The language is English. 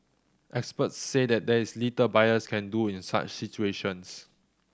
experts said there is little buyers can do in such situations